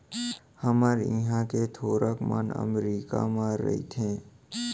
हमर इहॉं के थोरक मन अमरीका म रइथें